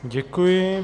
Děkuji.